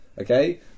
Okay